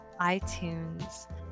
itunes